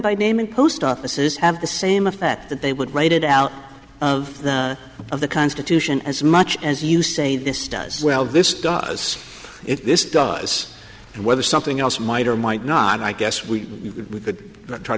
by name and post offices have the same effect that they would write it out of the of the constitution as much as you say this does well this does if this does and whether something else might or might not i guess we